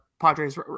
Padres